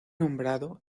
nombrado